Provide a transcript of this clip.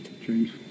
James